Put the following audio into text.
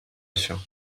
això